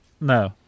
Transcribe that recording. No